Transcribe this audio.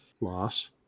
loss